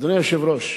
אדוני היושב-ראש,